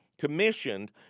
commissioned